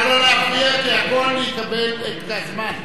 נא לא להפריע, כי הכול יקבל את הזמן.